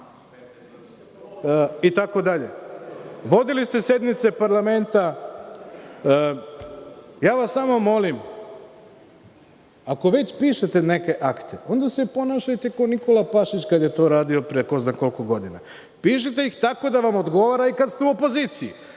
itd. Vodili ste sednice parlamenta, molim vas samo, ako već pišete neke akte, onda se ponašajte kao Nikola Pašić kada je to radio pre ko zna koliko godina, pišite ih tako da vam odgovara i kada ste u opoziciji,